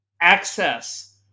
access